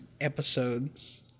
episodes